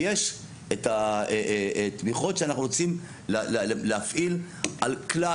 ויש את התמיכות שאנחנו רוצים להפעיל על כלל.